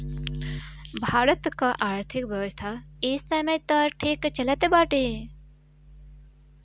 भारत कअ आर्थिक व्यवस्था इ समय तअ ठीक चलत बाटे